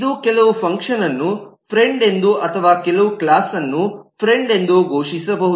ಇದು ಕೆಲವು ಫಂಕ್ಷನ್ಅನ್ನು ಫ್ರೆಂಡ್ ಎಂದು ಅಥವಾ ಕೆಲವು ಕ್ಲಾಸ್ ಅನ್ನು ಫ್ರೆಂಡ್ ಎಂದು ಘೋಷಿಸಬಹುದು